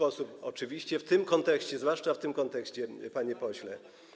Oczywiście w tym kontekście, zwłaszcza w tym kontekście, panie pośle.